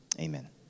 amen